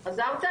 חזרת?